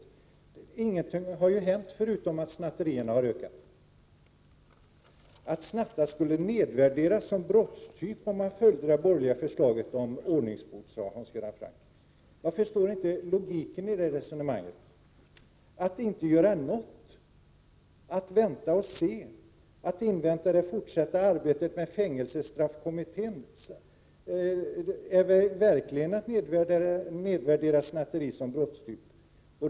Men ingenting har hänt sedan dess, förutom att snatterierna har ökat. Snatteri skulle nedvärderas som brottstyp om man följer det borgerliga förslaget om ordningsbot, sade Hans Göran Franck. Jag förstår inte logiken i det resonemanget. Att inte göra någonting, att vänta och se och bara invänta det fortsatta arbetet inom fängelsestraffkommittén är väl verkligen att nedvärdera snatteriet som brottstyp!